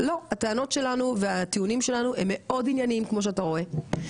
לא הטענות שלנו והטיעונים שלנו הם מאוד ענייניים כמו שאתה רואה,